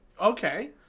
Okay